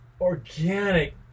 organic